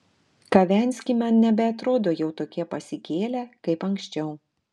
kavenski man nebeatrodo jau tokie pasikėlę kaip anksčiau